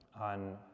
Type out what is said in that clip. on